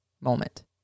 moment